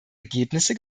ergebnisse